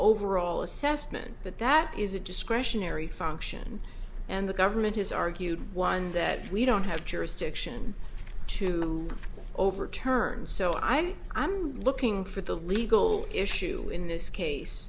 overall assessment but that is a discretionary function and the government has argued whined that we don't have jurisdiction to overturn so i am looking for the legal issue in this case